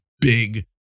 big